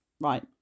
Right